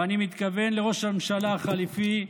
ואני מתכוון לראש הממשלה החליפי,